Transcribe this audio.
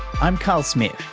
i'm carl smith,